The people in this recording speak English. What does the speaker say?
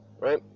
right